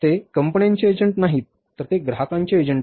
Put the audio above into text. ते कंपन्यांचे एजंट नाहीत तर ते ग्राहकांचे एजंट आहेत